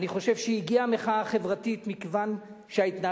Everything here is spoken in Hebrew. אני חושב שהגיעה המחאה החברתית מכיוון שההתנהלות